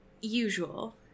usual